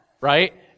Right